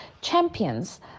champions